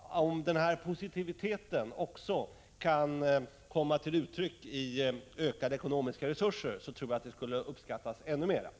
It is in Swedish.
Om positiviteten också kunde komma till uttryck i ökade ekonomiska resurser skulle det nog uppskattas ännu mera.